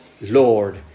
Lord